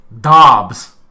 Dobbs